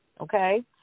Okay